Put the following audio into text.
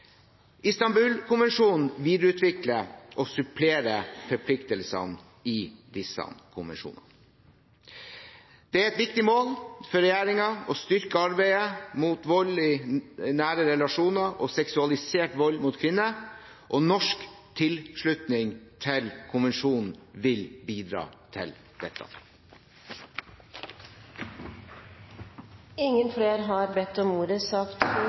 videreutvikler og supplerer forpliktelsene i disse konvensjonene. Det er et viktig mål for regjeringen å styrke arbeidet mot vold i nære relasjoner og seksualisert vold mot kvinner, og norsk tilslutning til konvensjonen vil bidra til dette. Flere har ikke bedt om ordet til sak